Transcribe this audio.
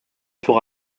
pour